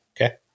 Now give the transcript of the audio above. Okay